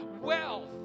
wealth